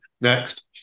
Next